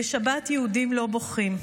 בשבת יהודים לא בוכים.